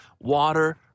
water